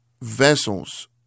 vessels